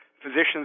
physicians